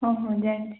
ହଁ ହଁ ଜାଣିଛି